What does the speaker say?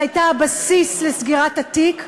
שהייתה הבסיס לסגירת התיק,